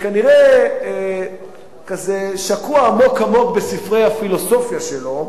שכנראה שקוע עמוק-עמוק בספרי הפילוסופיה שלו,